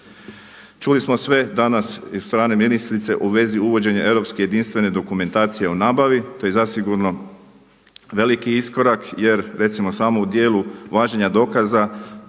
Čuli smo sve danas i od strane ministrice u vezi uvođenja europske jedinstvene dokumentacije o nabavi. To je zasigurno veliki iskorak jer recimo samo u dijelu važenja dokaza